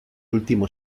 último